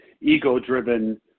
ego-driven